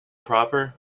proper